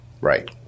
Right